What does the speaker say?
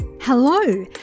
Hello